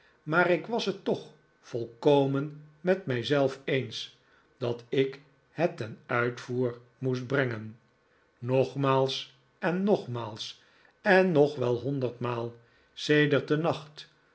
maar ik was het toch volkomen met mij zelf eens dat ik het ten uitvoer moest brengen nogmaals en nogmaals en nog wel honvoorbereiding voor mijn vlucht derdmaal sedert den nacht